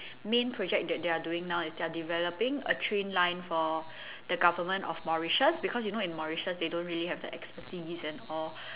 main project that they're doing now is they're developing a train line for the government of Mauritius because you know in Mauritius they don't really have the expertise and all